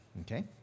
okay